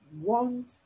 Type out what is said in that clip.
want